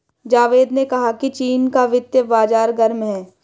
जावेद ने कहा कि चीन का वित्तीय बाजार गर्म है